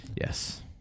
Yes